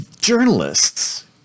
journalists